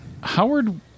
Howard